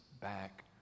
back